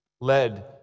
led